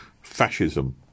fascism